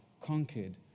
conquered